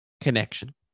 connection